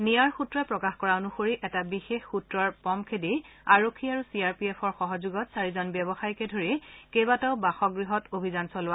নিয়াৰ সূত্ৰই প্ৰকাশ কৰা অনুসৰি এটা বিশেষ সূত্ৰৰ পম খেদি আৰক্ষী আৰু চি আৰ পি এফৰ সহযোগত চাৰিজন ব্যৱসায়ীকে ধৰি কেইবাটাও বাসগৃহত অভিযান চলায়